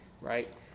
right